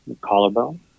Collarbone